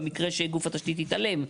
במקרה שגוף התשתית התעלם,